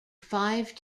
five